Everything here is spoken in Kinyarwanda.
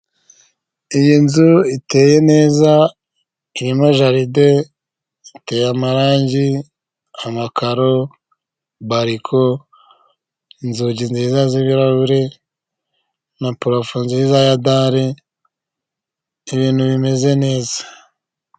Iyi nzu iteye neza iteyemo jaride, iteye amarangi, amakaro, bariko inzugi nziza z'ibirahure, na purafo nziza ya dare ibintu bimeze neza.